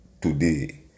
today